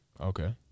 Okay